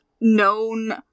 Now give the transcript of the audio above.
known